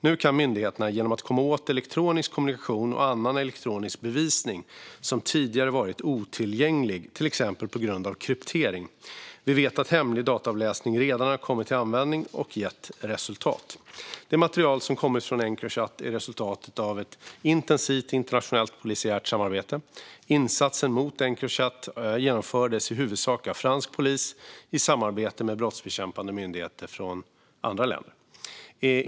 Nu kan myndigheterna komma åt elektronisk kommunikation och annan elektronisk bevisning som tidigare varit otillgänglig, till exempel på grund av kryptering. Vi vet att hemlig dataavläsning redan har kommit till användning och gett resultat. Det material som kommit från Encrochat är resultatet av ett intensivt internationellt polisiärt samarbete. Insatsen mot Encrochat genomfördes i huvudsak av fransk polis i samarbete med brottsbekämpande myndigheter från andra länder.